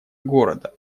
города